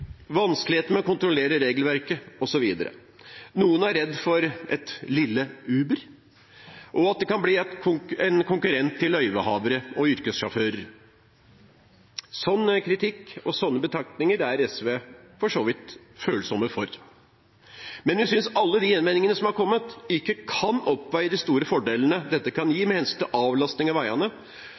med å kontrollere regelverket, osv. Noen er redd for et «lille Uber», og at det kan bli en konkurrent til løyvehavere og yrkessjåfører. Slik kritikk og slike betraktninger er SV for så vidt følsomme for. Men vi synes alle de innvendingene som har kommet, ikke kan oppveie de store fordelene dette kan gi med hensyn til avlastning av veiene